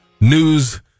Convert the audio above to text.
news